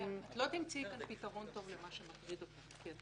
אודיה, לא תמצאי כאן פתרון טוב למה שמטריד אותך.